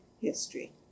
history